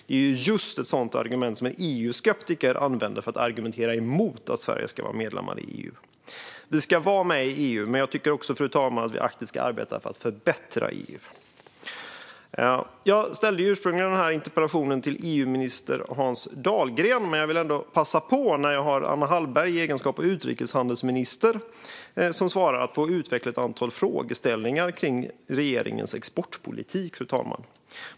Det är just ett sådant argument som en EU-skeptiker använder för att argumentera emot att Sverige ska vara medlem i EU. Vi ska vara med i EU. Men vi ska också aktivt arbeta för att förbättra EU. Jag ställde ursprungligen interpellationen till EU-minister Hans Dahlgren. Jag vill ändå passa på när Anna Hallberg svarar i egenskap av utrikeshandelsminister att få utveckla ett antal frågeställningar om regeringens exportpolitik, fru talman.